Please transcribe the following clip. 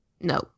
No